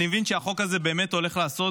אני מבין שהחוק הזה באמת הולך לעשות